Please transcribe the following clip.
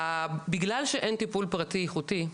בגלל שאין טיפול פרטי איכותי,